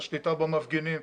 השליטה במפגינים,